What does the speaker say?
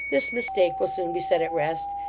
this mistake will soon be set at rest,